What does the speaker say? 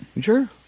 Sure